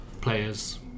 players